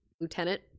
Lieutenant